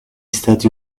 stati